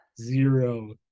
zero